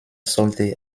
sollte